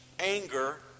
anger